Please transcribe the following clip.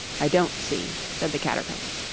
i don't see said the caterpillar.